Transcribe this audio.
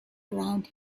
around